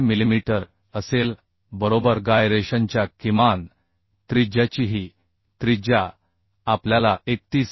4 millimetre असेल बरोबर गायरेशनच्या किमान त्रिज्याची ही त्रिज्या आपल्याला 31